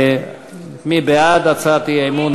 מי בעד הצעת האי-אמון?